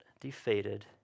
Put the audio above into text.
defeated